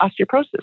Osteoporosis